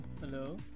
hello